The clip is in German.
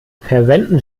verwenden